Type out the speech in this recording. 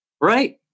Right